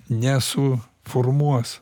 nesu formuos